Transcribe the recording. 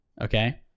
Okay